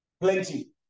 plenty